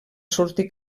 sortir